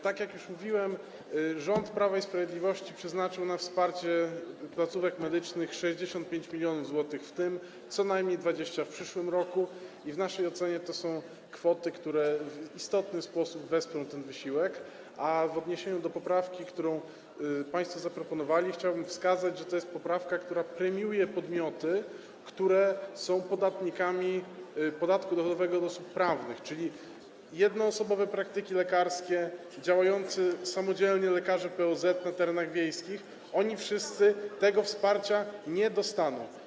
Tak jak już mówiłem, rząd Prawa i Sprawiedliwości przeznaczył na wsparcie placówek medycznych 65 mln zł, w tym co najmniej 20 mln zł w przyszłym roku i w naszej ocenie to są kwoty, które w istotny sposób wesprą ten wysiłek, a w odniesieniu do poprawki, którą państwo zaproponowali, chciałbym wskazać, że to jest poprawka, która premiuje podmioty, które są podatnikami podatku dochodowego od osób prawnych, czyli jednoosobowe praktyki lekarskie, lekarze POZ działający samodzielnie na terenach wiejskich - oni wszyscy tego wsparcia nie dostaną.